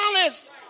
honest